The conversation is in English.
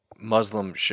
Muslim